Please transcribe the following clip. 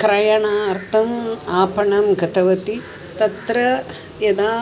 क्रयणार्थम् आपणं गतवती तत्र यदा